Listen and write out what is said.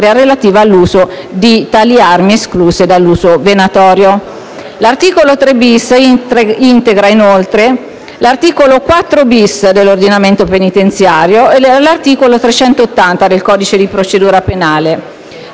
relativa all'uso delle armi escluse dall'uso venatorio. L'articolo 3-*bis* integra, inoltre, l'articolo 4-*bis* dell'ordinamento penitenziario e l'articolo 380 del codice di procedura penale.